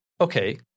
okay